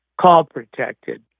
call-protected